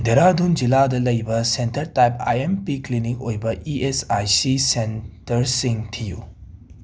ꯙꯦꯔꯥꯗꯨꯟ ꯖꯤꯂꯥꯗ ꯂꯩꯕ centre type I M P clinic ꯑꯣꯏꯕ ꯏ ꯑꯦꯁ ꯑꯥꯏ ꯁꯤ ꯁꯦꯟꯇꯔꯁꯤꯡ ꯊꯤꯌꯨ